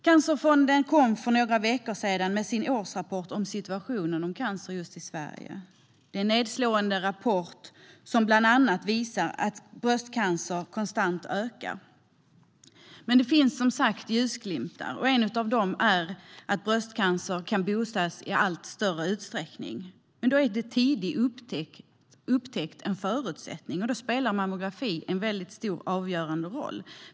Cancerfonden kom för några veckor sedan med sin årsrapport om situationen för cancer i Sverige. Det är en nedslående rapport som bland annat visar att bröstcancer konstant ökar. Men det finns som sagt ljusglimtar, och en av dem är att bröstcancer kan botas i allt större utsträckning. Men då är tidig upptäckt en förutsättning, och då spelar mammografi en stor och avgörande roll.